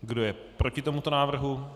Kdo je proti tomuto návrhu?